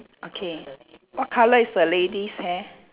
okay what colour is the lady's hair